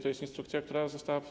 To jest instrukcja, która została.